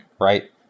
right